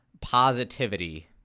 positivity